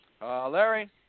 Larry